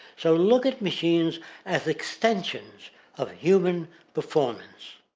so look at machines as extensions of human performance.